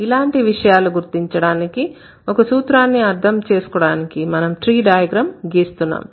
ఇలాంటి విషయాలు గుర్తించడానికి ఒక సూత్రాన్ని అర్థం చేసుకోవడానికి మనం ట్రీ డయాగ్రమ్ గీస్తున్నాం